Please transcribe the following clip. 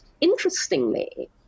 interestingly